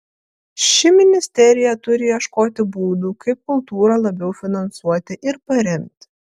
ši ministerija turi ieškoti būdų kaip kultūrą labiau finansuoti ir paremti